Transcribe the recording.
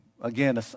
again